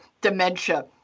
dementia